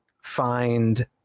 find